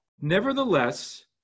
Nevertheless